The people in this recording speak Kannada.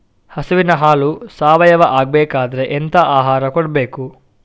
ಹಸುವಿನ ಹಾಲು ಸಾವಯಾವ ಆಗ್ಬೇಕಾದ್ರೆ ಎಂತ ಆಹಾರ ಕೊಡಬೇಕು?